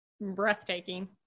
breathtaking